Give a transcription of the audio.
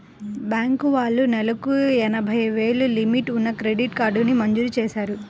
bank వాళ్ళు నెలకు ఎనభై వేలు లిమిట్ ఉన్న క్రెడిట్ కార్డుని మంజూరు చేశారు